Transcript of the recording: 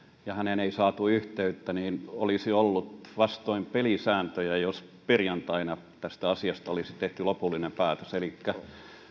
ja häneen ei saatu yhteyttä olisi ollut vastoin pelisääntöjä jos perjantaina tästä asiasta olisi tehty lopullinen päätös elikkä